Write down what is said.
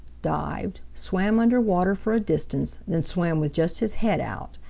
dived, swam under water for a distance, then swam with just his head out.